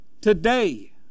today